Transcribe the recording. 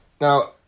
Now